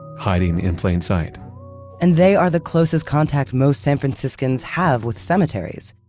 hiding in plain sight and they are the closest contact most san franciscans have with cemeteries.